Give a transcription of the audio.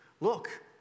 Look